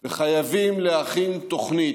וחייבים להכין תוכנית